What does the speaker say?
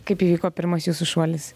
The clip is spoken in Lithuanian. kaip įvyko pirmas jūsų šuolis